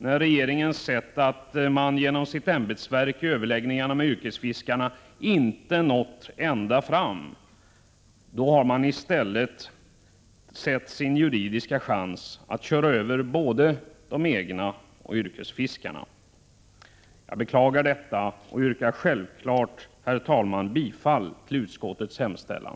När regeringen insett att den genom sitt ämbetsverk under överläggningarna med yrkesfiskarna inte nådde ända fram, har den sedan tagit sin juridiska chans att köra över både de egna och yrkesfiskarna. Jag beklagar detta och yrkar självklart, herr talman, bifall till utskottets hemställan.